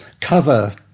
cover